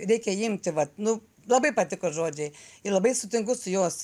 reikia imti vat nu labai patiko žodžiai ir labai sutinku su jos